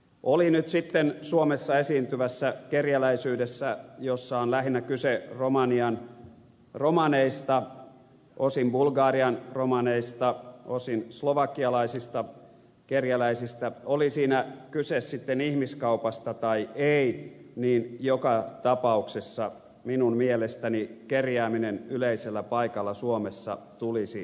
oli nyt sitten suomessa esiintyvässä kerjäläisyydessä jossa on lähinnä kyse romanian romaneista osin bulgarian romaneista osin slovakialaisista kerjäläisistä oli siinä kyse sitten ihmiskaupasta tai ei niin joka tapauksessa minun mielestäni kerjääminen yleisellä paikalla suomessa tulisi lailla kieltää